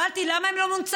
שאלתי: למה הם לא מנוצלים?